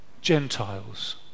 Gentiles